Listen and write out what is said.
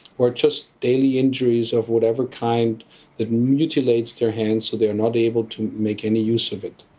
or just daily injuries of whatever kind that mutilates their hands so they are not able to make any use of it.